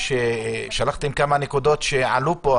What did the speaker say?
שלחתם כמה נקודות שעלו פה,